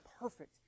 perfect